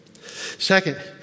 Second